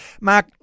Mark